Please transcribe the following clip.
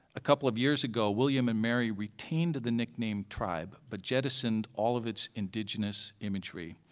a couple of years ago william and mary retained the nickname tribe but jettisoned all of its indigenous imagery.